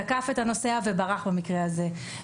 תקף את הנוסע וברח במקרה הזה.